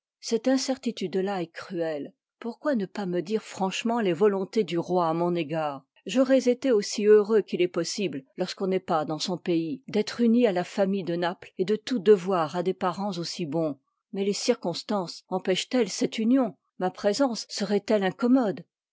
cette incertitude là est cruelle pourquoi ne pas me dire franchement les volontés du roi à mon égard j'aurois été aussi heureux qu'il est possible lorsqu'on n'est pas dans son pays d'être uni à la famille de naples et de tout devoir à des parens aussi bons mais l part les circonstances empéchent elles cette lit ni union ma présence seroit ellc incommode